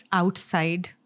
outside